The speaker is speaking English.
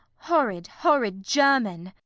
horrid, horrid german!